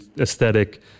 aesthetic